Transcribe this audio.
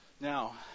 Now